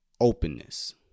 Openness